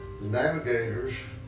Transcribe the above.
Navigators